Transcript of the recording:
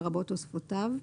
לרבות תוספותיו,